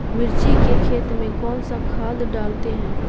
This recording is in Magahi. मिर्ची के खेत में कौन सा खाद डालते हैं?